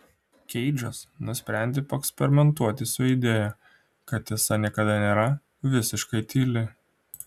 keidžas nusprendė paeksperimentuoti su idėja kad tiesa niekada nėra visiškai tyli